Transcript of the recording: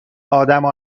آدمو